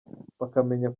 bakamenya